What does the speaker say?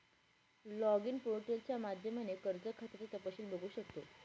login पोर्टलच्या माध्यमाने कर्ज खात्याचं तपशील बघू शकतो